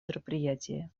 мероприятии